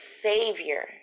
savior